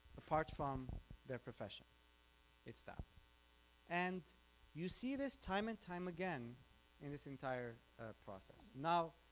apart form their profession it's that and you see this time and time again in this entire process now